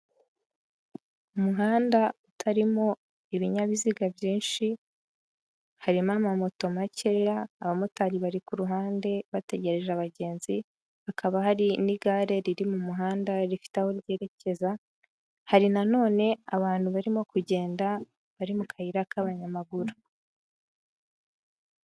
Umuhanda utarimo ibinyabiziga byinshi, harimo amamoto makeya abamotari bari ku ruhande bategereje abagenzi, hakaba hari n'igare riri mu muhanda rifite aho ryerekeza, hari nanone abantu barimo kugenda bari mu kayira k'abanyamaguru.